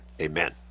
amen